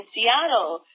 Seattle